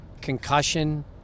concussion